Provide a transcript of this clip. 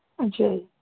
ਅੱਛਾ ਜੀ